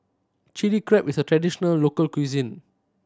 Chili Crab is a traditional local cuisine